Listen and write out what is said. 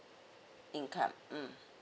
income mm